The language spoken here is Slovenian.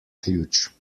ključ